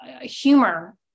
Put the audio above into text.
humor